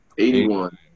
Eighty-one